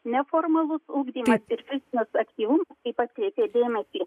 neformalus ugdymas ir fizinis aktyvumas kaip atkreipė dėmesį